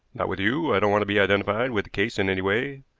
not with you. i don't want to be identified with the case in any way.